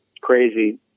crazy